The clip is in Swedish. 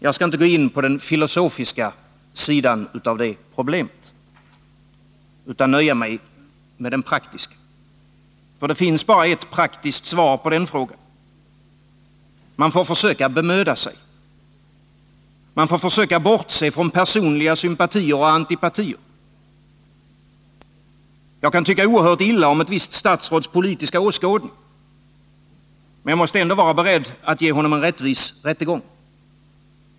Jag skall inte gå in på den filosofiska sidan av det problemet utan nöjer mig med den praktiska. Det finns bara ett praktiskt svar på den frågan. Man måste bemöda sig. Man får försöka bortse från personliga sympatier och antipatier. Jag kan tycka oerhört illa om ett visst statsråds politiska åskådning. Men jag måste ändå vara beredd att ge honom en rättvis rättegång.